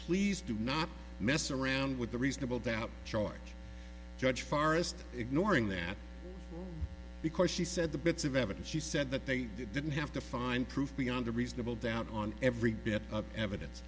please do not mess around with the reasonable doubt charge judge forrest ignoring that because she said the bits of evidence she said that they didn't have to find proof beyond a reasonable doubt on every bit of evidence